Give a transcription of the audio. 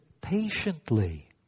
patiently